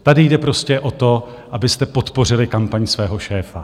Tady jde prostě o to, abyste podpořili kampaň svého šéfa.